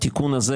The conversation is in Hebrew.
התיקון הזה